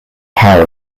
power